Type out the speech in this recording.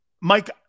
Mike